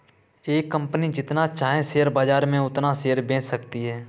एक कंपनी जितना चाहे शेयर बाजार में उतना शेयर बेच सकती है